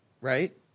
right